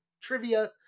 trivia